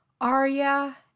Arya